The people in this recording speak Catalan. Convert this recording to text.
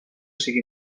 sigui